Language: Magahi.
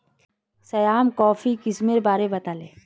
श्याम कॉफीर किस्मेर बारे बताले